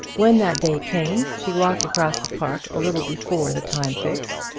when that day came she walked across the park a little before the time fixed,